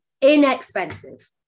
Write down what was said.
inexpensive